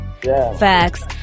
facts